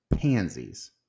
pansies